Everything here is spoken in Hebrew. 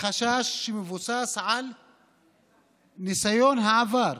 חשש שמבוסס על ניסיון העבר,